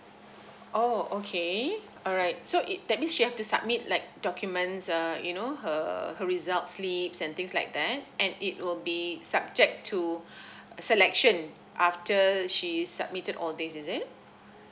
oh okay alright so it that means she have to submit like documents err you know her her results slip and things like that and it will be subject to selection after she submitted all these is it